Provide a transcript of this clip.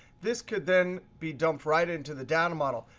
this could then be dumped right into the data model.